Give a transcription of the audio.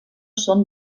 són